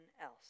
else